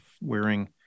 wearing